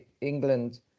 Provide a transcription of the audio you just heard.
England